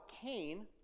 Cain